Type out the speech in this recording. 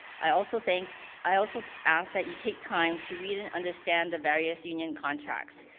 i also thank i also ask that you take time to read and understand the various union contracts.